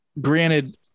granted